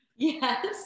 yes